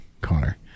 Connor